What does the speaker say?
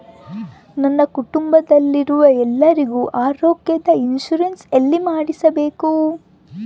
ನನ್ನ ಕುಟುಂಬದಲ್ಲಿರುವ ಎಲ್ಲರಿಗೂ ಆರೋಗ್ಯದ ಇನ್ಶೂರೆನ್ಸ್ ಎಲ್ಲಿ ಮಾಡಿಸಬೇಕು?